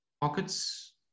pockets